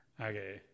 Okay